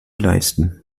leisten